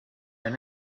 they